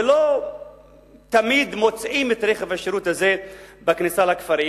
ולא תמיד מוצאים את רכב השירות הזה בכניסה לכפרים.